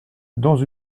dans